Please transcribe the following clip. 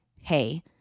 Hey